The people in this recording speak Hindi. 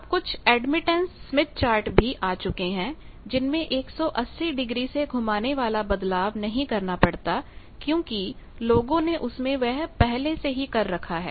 अब कुछ अड्मिटैन्स स्मिथ चार्ट भी आ चुके हैं जिनमें 180 डिग्री से घुमाने वाला बदलाव नहीं करना पड़ता क्योंकि लोगों ने उसमें वह पहले से ही कर रखा है